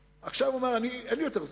עכשיו הוא אומר: אין לי יותר זמן,